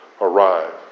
arrive